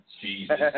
Jesus